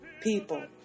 People